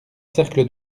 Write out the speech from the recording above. cercle